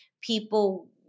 people